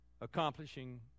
accomplishing